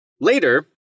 Later